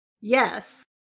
yes